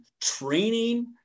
training